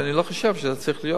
שאני לא חושב שזה צריך להיות.